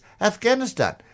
Afghanistan